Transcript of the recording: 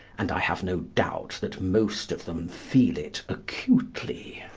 and i have no doubt that most of them feel it acutely.